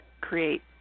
create